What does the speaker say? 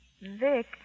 Vic